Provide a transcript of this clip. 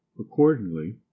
Accordingly